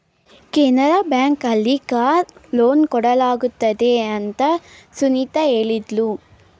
Canara bank ಅಲ್ಲಿ car loan ಕೊಡಲಾಗುತ್ತದೆ ಅಂತ ಸುನಿತಾ ಹೇಳಿದ್ಲು